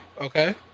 okay